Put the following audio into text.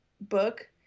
book